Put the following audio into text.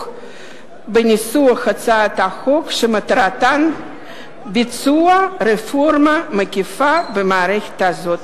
בניסוח הצעות החוק שמטרתן ביצוע רפורמה מקיפה במערכת זו.